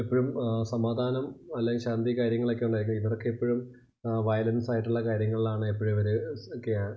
എപ്പോഴും സമാധാനം അല്ലേ ശാന്തി കാര്യങ്ങളൊക്കെ ഉള്ളത് ഇവർക്ക് എപ്പോഴും വയലൻസ് ആയിട്ടുള്ള കാര്യങ്ങളിലാണ് എപ്പോഴും ഇവർ